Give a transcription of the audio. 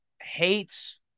hates